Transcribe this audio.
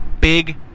Big